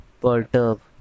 Perturb